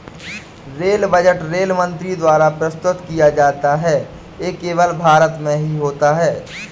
rail budget rail मंत्री द्वारा प्रस्तुत किया जाता है ये केवल भारत में ही होता है